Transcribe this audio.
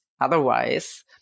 Otherwise